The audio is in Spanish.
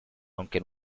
aunque